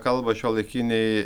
kalba šiuolaikiniai